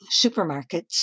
supermarkets